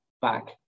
back